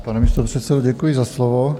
Pane místopředsedo, děkuji za slovo.